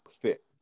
fit